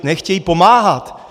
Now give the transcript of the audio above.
Nechtějí pomáhat.